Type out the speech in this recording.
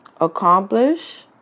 accomplish